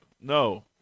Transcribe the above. No